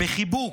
בחיבוק,